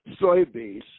soybeans